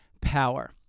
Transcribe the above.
power